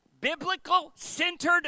biblical-centered